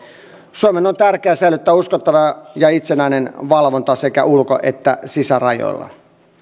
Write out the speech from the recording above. suomen on tärkeää säilyttää uskottava ja itsenäinen valvonta sekä ulko että sisärajoilla